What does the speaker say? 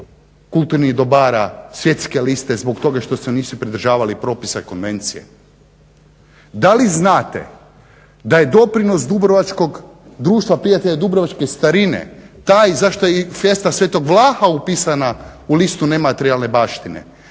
kulturnih dobara, svjetske liste zbog toga što se nisu pridržavali propisa konvencije? Da li znate da je doprinos dubrovačkog Društva prijatelja dubrovačke starine taj zašto i …/Govornik se ne razumije./… Sv. Vlaha upisana u listu nematerijalne baštine,